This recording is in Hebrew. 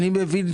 אני מבין.